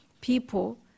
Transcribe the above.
people